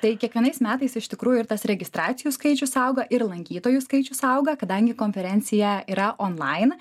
tai kiekvienais metais iš tikrųjų ir tas registracijų skaičius auga ir lankytojų skaičius auga kadangi konferencija yra online